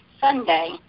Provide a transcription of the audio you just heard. Sunday